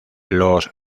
los